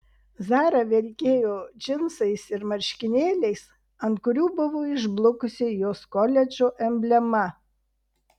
zara vilkėjo džinsais ir marškinėliais ant kurių buvo išblukusi jos koledžo emblema